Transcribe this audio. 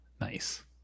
Nice